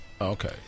Okay